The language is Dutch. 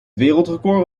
wereldrecord